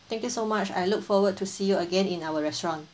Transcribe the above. thank you so much I look forward to see you again in our restaurant